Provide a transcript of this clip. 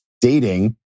dating